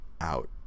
out